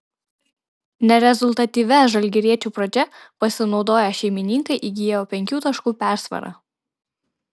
nerezultatyvia žalgiriečių pradžia pasinaudoję šeimininkai įgijo penkių taškų persvarą